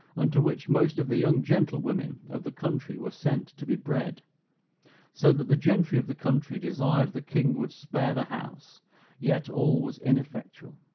and to which most of the young gentlewomen of the country were sent to be bred so that the gentry of the country desired the king would spare the house yet all was ineffectual.